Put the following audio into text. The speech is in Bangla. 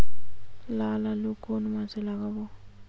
লাল আলু কোন মাসে লাগাব?